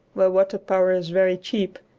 where water power is very cheap,